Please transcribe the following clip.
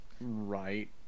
Right